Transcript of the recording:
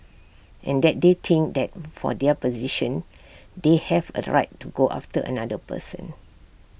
and that they think that for their position they have A right to go after another person